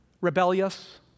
rebellious